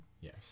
Yes